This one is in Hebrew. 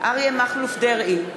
אריה מכלוף דרעי,